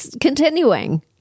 continuing